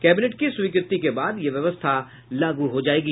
cabinet की स्वीकृति के बाद यह व्यवस्था लागू हो जायेगी